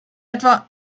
etwa